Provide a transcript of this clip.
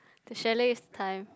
the chalet is the time